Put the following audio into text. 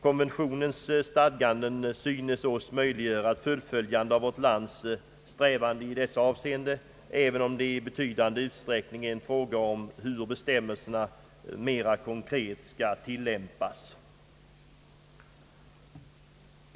Konventionens stadganden synes oss möjliggöra ett fullföljande av vårt lands strävanden i dessa avseenden, även om det i betydande utsträckning är en fråga om hur bestämmelserna mera konkret skall tillämpas.